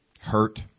hurt